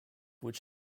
which